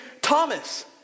Thomas